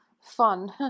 fun